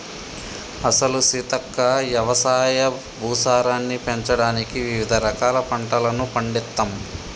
అసలు సీతక్క యవసాయ భూసారాన్ని పెంచడానికి వివిధ రకాల పంటలను పండిత్తమ్